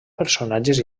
personatges